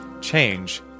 change